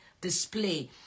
display